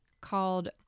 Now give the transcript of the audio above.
called